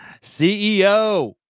ceo